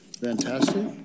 Fantastic